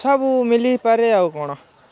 ସବୁ ମିଳିପାରେ ଆଉ କ'ଣ